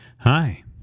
hi